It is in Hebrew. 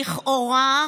לכאורה,